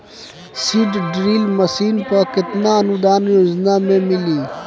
Seed drill machine पर केतना अनुदान योजना में मिली?